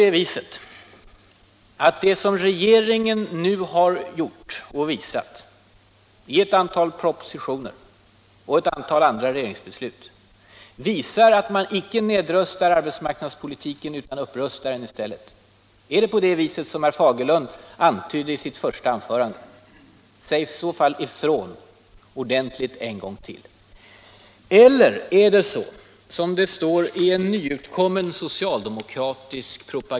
Tyder det som regeringen nu har gjort och visat i ett antal propositioner och i andra regeringsbeslut på att regeringen icke nedrustar arbetsmarknadspolitiken utan i stället upprustar den? Förhåller det sig så som herr Fagerlund antydde i sitt första anförande? Säg i så fall ifrån ordentligt en gång till.